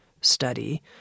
study